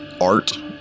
art